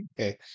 Okay